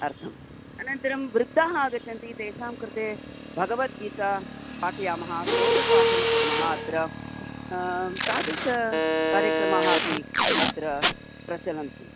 अर्थम् अनन्तरं वृद्द्धाः आगच्छन्ति तेषां कृते भगवद्गीतां पाठयामः स्तोत्रपाठं कुर्मः अत्र तादृशकार्यक्रमाः अपि अत्र प्रचलन्ति